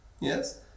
yes